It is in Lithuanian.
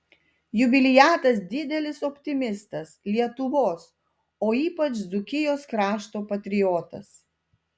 jubiliatas didelis optimistas lietuvos o ypač dzūkijos krašto patriotas